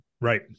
Right